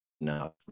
now